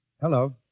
hello